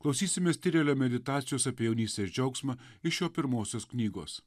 klausysimės tirėlio meditacijos apie jaunystės džiaugsmą iš jo pirmosios knygos